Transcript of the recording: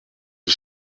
die